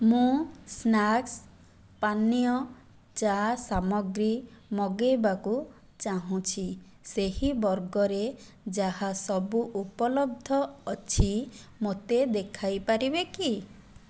ମୁଁ ସ୍ନାକ୍ସ ପାନୀୟ ଚା' ସାମଗ୍ରୀ ମଗାଇବାକୁ ଚାହୁଁଛି ସେହି ବର୍ଗରେ ଯାହା ସବୁ ଉପଲବ୍ଧ ଅଛି ମୋତେ ଦେଖାଇପାରିବେ କି